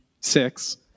six